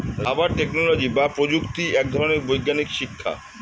rubber technology বা প্রযুক্তি এক ধরনের বৈজ্ঞানিক শিক্ষা